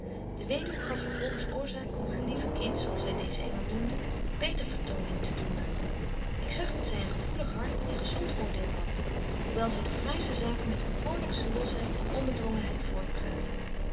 de weduw gaf vervolgens oorzaak om haar lieve kind zo als zy deeze engel noemde beter vertoning te doen maken ik zag dat zy een gevoelig hart en gezont oordeel hadt hoewel zy de fraaiste zaken met de bekoorlykste losheid en onbedwongenheid